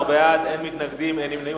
16 בעד, אין מתנגדים, אין נמנעים.